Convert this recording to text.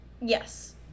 Yes